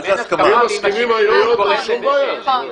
מה זאת אומרת הסכמה?